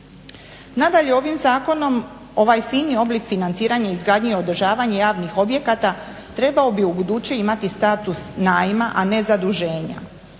Nadalje, ovim zakonom ovaj fini oblik financiranja, izgradnje, održavanje javnih objekata trebao bi ubuduće imati status najma, a ne zaduženja.